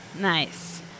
Nice